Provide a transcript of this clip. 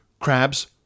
Crabs